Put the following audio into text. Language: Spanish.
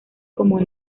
como